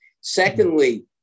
Secondly